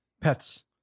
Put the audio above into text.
Pets